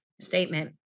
statement